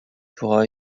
pour